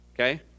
Okay